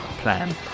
plan